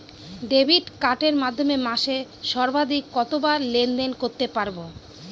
Debit কার্ডের মাধ্যমে মাসে সর্বাধিক কতবার লেনদেন করতে পারবো?